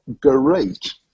great